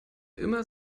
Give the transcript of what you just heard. immer